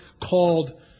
called